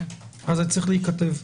אז זה צריך להיכתב.